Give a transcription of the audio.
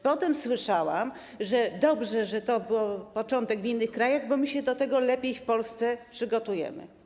Potem słyszałam, że dobrze, że był początek w innych krajach, bo my się do tego lepiej w Polsce przygotujemy.